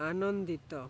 ଆନନ୍ଦିତ